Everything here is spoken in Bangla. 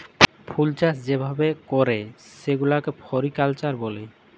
ফুলচাষ যে ভাবে ক্যরে সেগুলাকে ফ্লরিকালচার ব্যলে